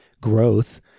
growth